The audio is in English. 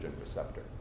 receptor